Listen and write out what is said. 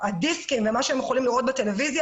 הדיסקים ומה שהם יכולים לראות בטלוויזיה